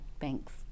Thanks